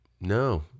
No